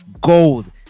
gold